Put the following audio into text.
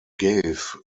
gave